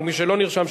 ומי שלא נרשם,